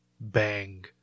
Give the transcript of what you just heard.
bang